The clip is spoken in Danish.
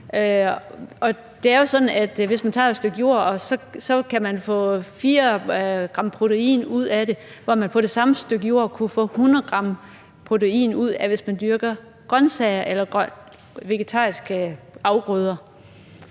hvis man tager et stykke jord, kan man få 4 g protein ud af det, hvor man på det samme stykke jord kunnet få 100 g protein ud af det, hvis man dyrkede grønsager eller vegetariske afgrøder.